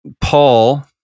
Paul